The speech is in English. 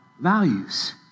values